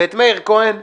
ואת מאיר כהן,